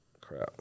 Crap